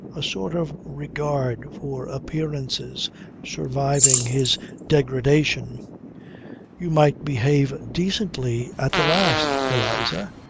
a sort of regard for appearances surviving his degradation you might behave decently at the last, eliza.